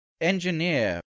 engineer